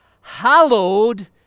Hallowed